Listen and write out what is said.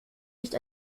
nicht